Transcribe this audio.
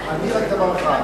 לך,